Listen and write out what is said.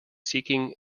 seeking